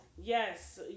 Yes